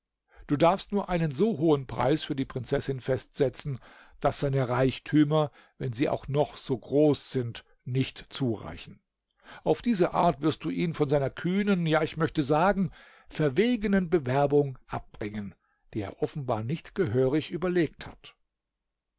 du darfst nur einen so hohen preis für die prinzessin festsetzen daß seine reichtümer wenn sie auch noch so groß sind nicht zureichen auf diese art wirst du ihn von seiner kühnen ja ich möchte sagen verwegenen bewerbung abbringen die er offenbar nicht gehörig überlegt hat